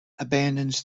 abandons